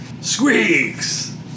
Squeaks